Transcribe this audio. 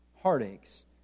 Heartaches